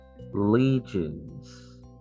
legions